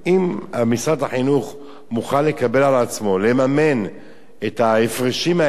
אם משרד החינוך מוכן לקבל על עצמו לממן את ההפרשים האלה,